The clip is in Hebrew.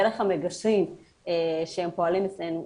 דרך המגשרים שהם פועלים אצלנו,